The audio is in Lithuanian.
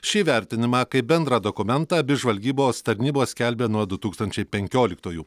šį įvertinimą kaip bendrą dokumentą abi žvalgybos tarnybos skelbia nuo du tūkstančiai penkioliktųjų